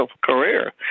career